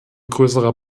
größerer